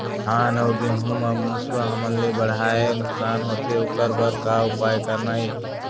धान अउ गेहूं म मुसवा हमन ले बड़हाए नुकसान होथे ओकर बर का उपाय करना ये?